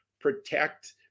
protect